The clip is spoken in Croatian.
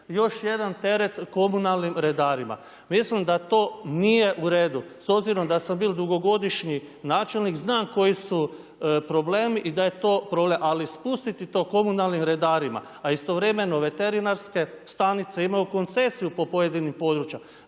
još jedan teret komunalnim redarima. Mislim da to nije u redu. S obzirom da sam bio dugogodišnji načelnik, znam koji su problemi i da je to problem. Ali spustiti to komunalnim redarima, a istovremeno veterinarske stanice imaju koncesiju po pojedinim područja,